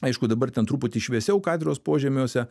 aišku dabar ten truputį šviesiau katedros požemiuose